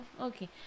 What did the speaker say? Okay